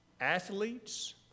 athletes